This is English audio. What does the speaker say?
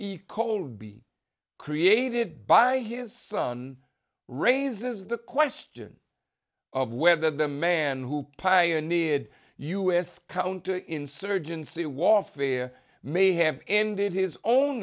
william colby created by his son raises the question of whether the man who pioneered u s counter insurgency warfare may have ended his own